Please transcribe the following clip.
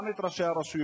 גם את ראשי הרשויות,